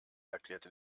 erklärte